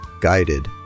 guided